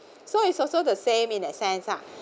so it's also the same in that sense ah